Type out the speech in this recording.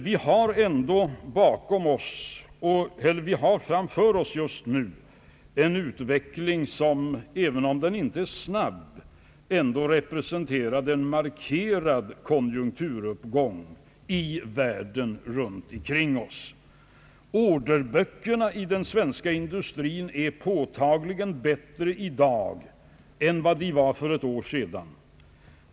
Vi har framför oss en utveckling som, även om den inte är snabb, ändå representerar en markerad konjunkturuppgång i världen runt ikring oss. Orderböckerna i den svenska industrin är påtagligt bättre i dag än för ett år sedan.